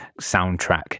soundtrack